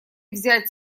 взять